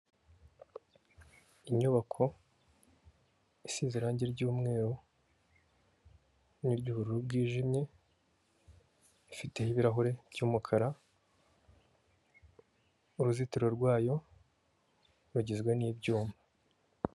Inyubako isize irangi ry'umweru n'iry'ubururu bwijimye, ifiteho ibirahure by'umukara, uruzitiro rwayo rugizwe n'ibyuma.